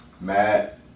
Matt